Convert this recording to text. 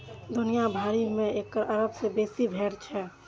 दुनिया भरि मे एक अरब सं बेसी भेड़ छै